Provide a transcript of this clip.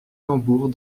tambours